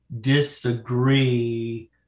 disagree